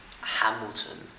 Hamilton